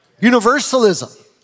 Universalism